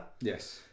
Yes